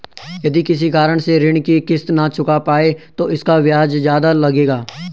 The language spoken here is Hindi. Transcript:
यदि किसी कारण से ऋण की किश्त न चुका पाये तो इसका ब्याज ज़्यादा लगेगा?